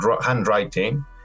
handwriting